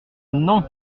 non